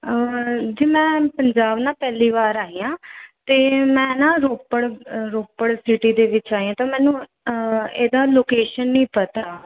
ਜੀ ਮੈਂ ਪੰਜਾਬ ਨਾ ਪਹਿਲੀ ਵਾਰ ਆਈ ਹਾਂ ਅਤੇ ਮੈਂ ਨਾ ਰੋਪੜ ਰੋਪੜ ਸਿਟੀ ਦੇ ਵਿੱਚ ਆਈ ਹਾਂ ਅਤੇ ਮੈਨੂੰ ਇਹਦਾ ਲੋਕੇਸ਼ਨ ਨਹੀਂ ਪਤਾ